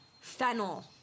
fennel